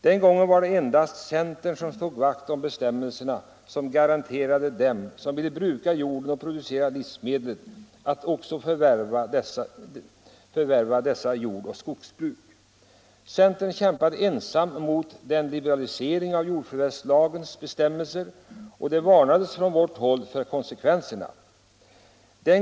Den gången var det endast centern som slog vakt om de bestämmelser som garanterade dem som ville bruka jorden och producera livsmedel rätt att förvärva jordoch skogsbruk. Centern kämpade ensam mot liberaliseringen av jordförvärvslagens bestämmelser, och det varnades från vårt håll för konsekvenserna.